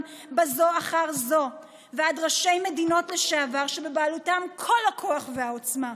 זו אחר זו ועד ראשי מדינות לשעבר שבבעלותם כל הכוח והעוצמה.